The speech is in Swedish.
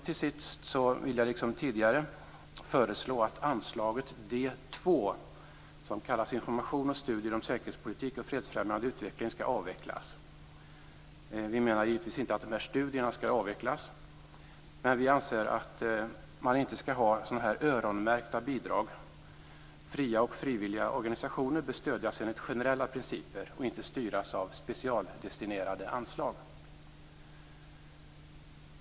Till sist vill jag liksom tidigare föreslå att anslag D 2, Information och studier om säkerhetspolitik och fredsfrämjande utveckling, skall avvecklas. Vi menar givetvis inte att studierna skall avvecklas, men vi anser att man inte skall ha öronmärkta bidrag. Fria och frivilliga organisationer bör stödjas enligt generella principer och inte styras av specialdestinerade anslag.